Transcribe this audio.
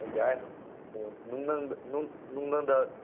ꯍꯣꯏ ꯌꯥꯏ ꯑꯣ ꯅꯨꯡꯗꯥꯡꯗ